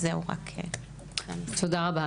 תודה רבה.